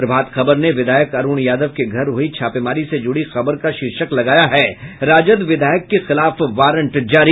प्रभात खबर ने विधायक अरूण यादव के घर हयी छापेमारी से जूड़ी खबर का शीर्षक लगाया है राजद विधायक के खिलाफ वारंट जारी